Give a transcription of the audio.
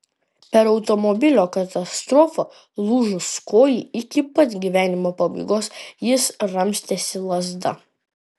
per automobilio katastrofą lūžus kojai iki pat gyvenimo pabaigos jis ramstėsi lazda